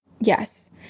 Yes